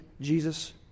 Jesus